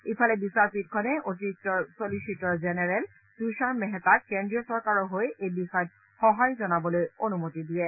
ইফালে বিচাৰপীঠখনে অতিৰিক্ত চলিচিটৰজেনেৰেল তুষাৰ মেহতাক কেন্দ্ৰীয় চৰকাৰৰ হৈ এই বিষয়ত সহাৰি জনাবলৈ অনুমতি দিয়ে